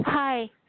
Hi